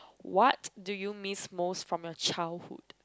what do you miss most from your childhood